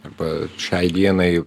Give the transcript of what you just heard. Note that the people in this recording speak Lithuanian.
arba šiai dienai